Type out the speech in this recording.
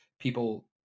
people